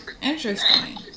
interesting